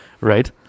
Right